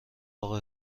اقا